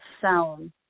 sound